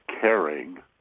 caring